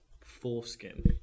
Foreskin